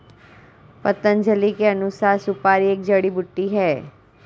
पतंजलि के अनुसार, सुपारी एक जड़ी बूटी है